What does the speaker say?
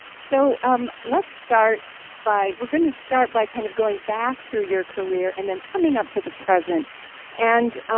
so um let's start by, we're going to start by kind of going back through your career and then coming up to the present and, um,